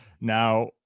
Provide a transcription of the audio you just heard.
Now